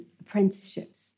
apprenticeships